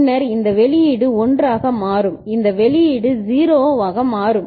பின்னர் இந்த வெளியீடு 1 ஆக மாறும் இந்த வெளியீடு 0 சரியாக மாறும்